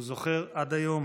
הוא זוכר עד היום